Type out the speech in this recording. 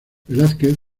velázquez